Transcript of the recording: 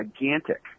gigantic